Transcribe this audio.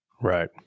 Right